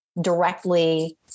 directly